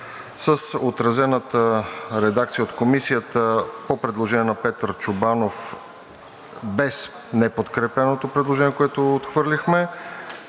с отразената редакция от Комисията по предложение на Петър Чобанов, без неподкрепеното предложение, което отхвърлихме,